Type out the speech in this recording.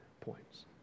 points